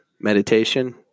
meditation